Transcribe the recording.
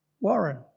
Warren